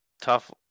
tough